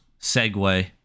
segue